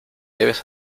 debes